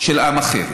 של עם אחר.